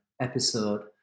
episode